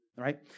Right